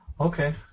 Okay